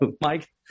Mike